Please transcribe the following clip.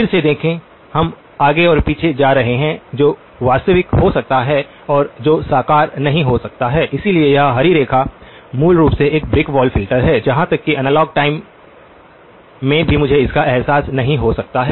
फिर से देखें हम आगे और पीछे जा रहे हैं जो वास्तविक हो सकता है और जो साकार नहीं हो सकता है इसलिए यह हरी रेखा मूल रूप से एक ब्रिक वॉल फ़िल्टर है यहां तक कि एनालॉग टाइम में भी मुझे इसका एहसास नहीं हो सकता है